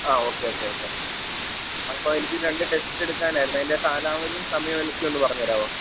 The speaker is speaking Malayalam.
ആ ഓക്കേ ഓക്കേ ഓക്കേ അപ്പം എനിക്ക് രണ്ട് ടെക്സ്റ്റ് എടുക്കാനായിരുന്നു അതിൻ്റെ കാലാവധിയും സമയവും എനിക്കൊന്ന് പറഞ്ഞ് തരാമോ